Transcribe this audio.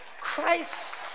Christ